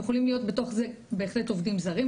יכולים להיות בתוך זה בהחלט עובדים זרים,